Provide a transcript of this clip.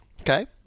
Okay